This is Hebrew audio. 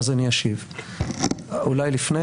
השאלה הייתה,